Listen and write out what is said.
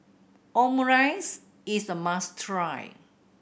omurice is a must try